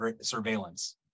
surveillance